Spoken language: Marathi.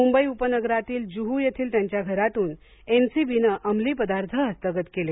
मुंबई उपनगरातील जुहू येथील त्यांच्या घरातून एन सी बी ने अंमली पदार्थ हस्तगत केले